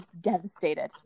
devastated